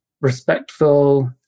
respectful